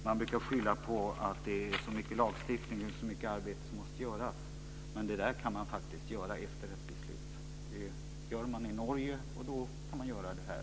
Man brukar skylla på att det är så mycket lagstiftning och så mycket arbete som måste göras. Men detta kan man faktiskt göra efter ett beslut. Det gör man i Norge, och då kan man göra det här.